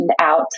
out